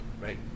right